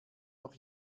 noch